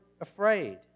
afraid